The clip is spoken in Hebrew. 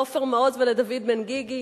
לעופר מעוז ולדוד בן-גיגי,